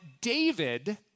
David